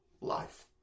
life